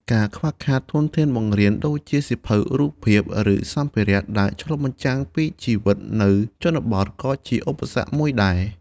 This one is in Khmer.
ការខ្វះខាតធនធានបង្រៀនដូចជាសៀវភៅរូបភាព ឬសម្ភារៈដែលឆ្លុះបញ្ចាំងពីជីវិតនៅជនបទក៏ជាឧបសគ្គមួយដែរ។